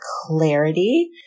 clarity